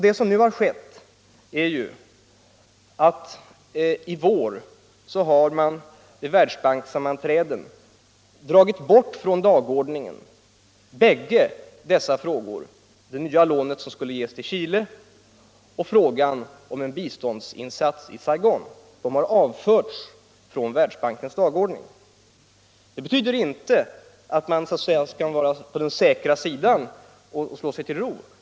Det som nu skett är ju att man i vår vid Världsbankssammanträden avfört från dagordningen bägge dessa frågor; det nya lånet som skulle ges till Chile och frågan om en biståndsinsats i Saigon. Det betyder inte att man så att säga kan vara på den säkra sidan och slå sig till ro.